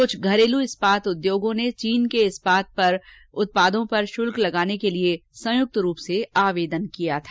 कुछ घरेलू इस्पात उद्योगों ने चीन के इस्पात उत्पादों पर शुल्क लगाने के लिए संयुक्त रूप से आवेदन किया था